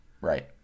right